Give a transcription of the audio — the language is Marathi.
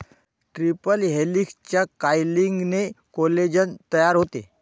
ट्रिपल हेलिक्सच्या कॉइलिंगने कोलेजेन तयार होते